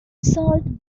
sold